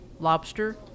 Lobster